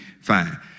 fine